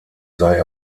sei